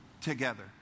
together